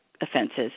offenses